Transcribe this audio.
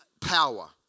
power